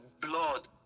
blood